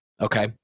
Okay